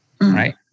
Right